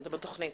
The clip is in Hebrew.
זה בתוכנית.